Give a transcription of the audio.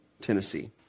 Tennessee